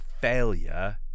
failure